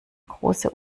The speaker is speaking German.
große